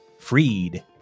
freed